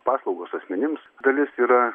paslaugos asmenims dalis yra